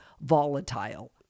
volatile